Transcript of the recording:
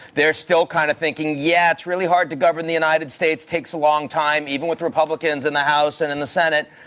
they're still kind of thinking, yeah, it's really hard to govern the united states. it takes a long time even with republicans in the house and in the senate,